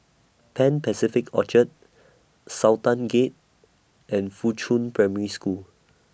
Pan Pacific Orchard Sultan Gate and Fuchun Primary School